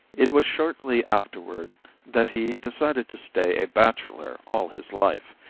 it was shortly afterward that he decided to stay a bachelor all his life,